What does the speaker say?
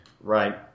Right